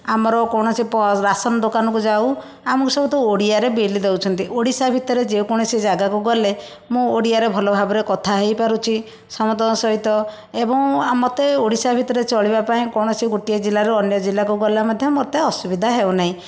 ଆମର କୌଣସି ପ ରାସନ ଦୋକାନକୁ ଯାଉ ଆମକୁ ସବୁ ତ ଓଡ଼ିଆରେ ବିଲ ଦଉଛନ୍ତି ଓଡ଼ିଶା ଭିତରେ ଯେକୌଣସି ଜାଗାକୁ ଗଲେ ମୁଁ ଓଡ଼ିଆରେ ଭଲ ଭାବରେ କଥା ହେଇପାରୁଛି ସମସ୍ତଙ୍କ ସହିତ ଏବଂ ଆ ମୋତେ ଓଡ଼ିଶା ଭିତରେ ଚଳିବା ପାଇଁ କୌଣସି ଗୋଟିଏ ଜିଲ୍ଳାରୁ ଅନ୍ୟ ଜିଲ୍ଲାକୁ ଗଲେ ମଧ୍ୟ ମୋତେ ଅସୁବିଧା ହେଉନାହିଁ